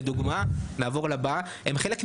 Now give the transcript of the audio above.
לדוגמה הם חלק מרשת,